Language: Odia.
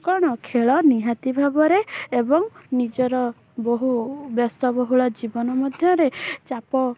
କ'ଣ ଖେଳ ନିହାତି ଭାବରେ ଏବଂ ନିଜର ବହୁ ବହୁ ବ୍ୟସ୍ତବହୁଳ ଜୀବନ ମଧ୍ୟରେ ଚାପ